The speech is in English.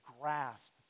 grasp